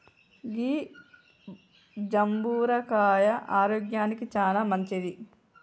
గీ జంబుర కాయ ఆరోగ్యానికి చానా మంచింది